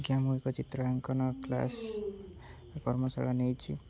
ଆଜ୍ଞା ମୁଁ ଏକ ଚିତ୍ରାଙ୍କନ କ୍ଲାସ୍ କର୍ମଶାଳା ନେଇଛି